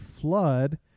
flood